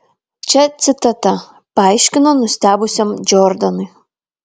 čia citata paaiškino nustebusiam džordanui